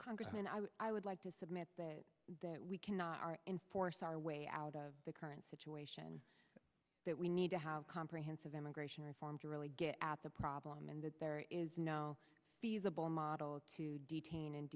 congressman i would i would like to submit that we cannot enforce our way out of the current situation that we need to have comprehensive immigration reform to really get at the problem and that there is no feasible model to detain and